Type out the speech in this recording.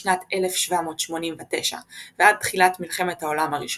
בשנת 1789 ועד תחילת מלחמת העולם הראשונה,